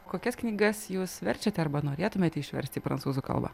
kokias knygas jūs verčiate arba norėtumėte išversti į prancūzų kalbą